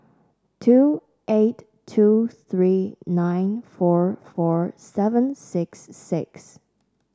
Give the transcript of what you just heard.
two eight two three nine four four seven six six